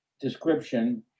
description